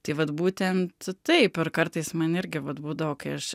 tai vat būtent taip ir kartais man irgi vat būdavo kai aš